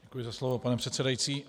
Děkuji za slovo, pane předsedající.